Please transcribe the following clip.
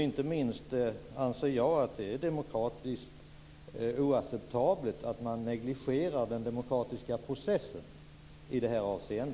Inte minst anser jag att det är demokratiskt oacceptabelt att man negligerar den demokratiska processen i detta avseende.